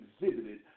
exhibited